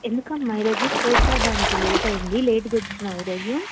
ఎందుకమ్మా ఈరోజు స్పోర్ట్స్ ఆడడానికి లేట్ అయింది లేటుగా వచ్చావు ఈ రోజు